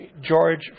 George